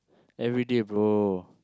everyday bro